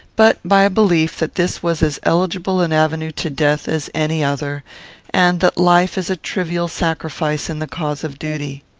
but by a belief that this was as eligible an avenue to death as any other and that life is a trivial sacrifice in the cause of duty.